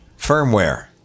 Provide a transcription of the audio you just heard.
firmware